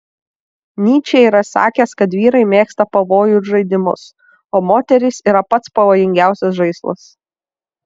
nyčė yra sakęs kad vyrai mėgsta pavojų ir žaidimus o moterys yra pats pavojingiausias žaislas